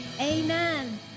amen